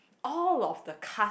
all of the cast